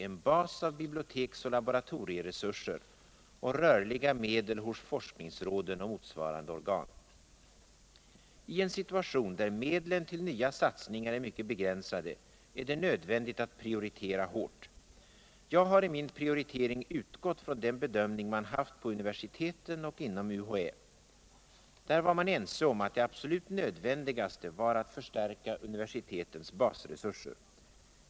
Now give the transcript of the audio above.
en bas av biblioteks och laboratorieresurser och rörliga medel hos forskningsråden och motsvarande organ. I en situation där medlen till nya satsningar är mycket begränsade är det nödvändigt att prioritera hårt. Jag har i min prioritering utgått från den bedömning man haft på universiteten och inom UHÄ. Där var man ense om att det absolut nödvändigaste var att förstärka universitetens basresurser.